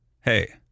hey